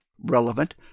relevant